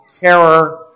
terror